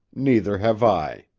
neither have i.